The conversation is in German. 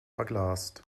verglast